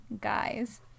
guys